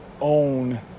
own